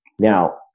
Now